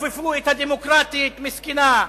כופפו את ה"דמוקרטית", מסכנה.